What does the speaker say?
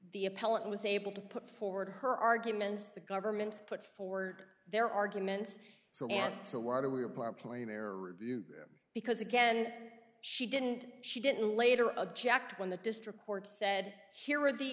appellant was able to put forward her arguments the government put forward their arguments so and so why do we apply our plane there review them because again she didn't she didn't later object when the district court said here are the